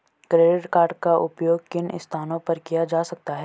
Credit card का उपयोग किन स्थानों पर किया जा सकता है?